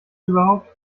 überhaupt